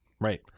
Right